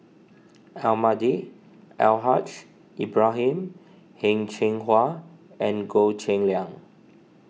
Almahdi Al Haj Ibrahim Heng Cheng Hwa and Goh Cheng Liang